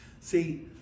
See